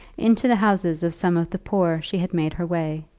into the houses of some of the poor she had made her way,